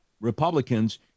Republicans